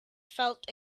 felt